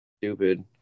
stupid